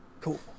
Cool